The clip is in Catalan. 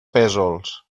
pésols